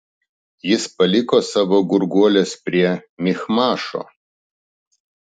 jis paliko savo gurguoles prie michmašo